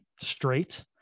straight